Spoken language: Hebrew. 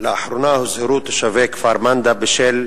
לאחרונה הוזהרו תושבי כפר-מנדא בשל